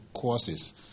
courses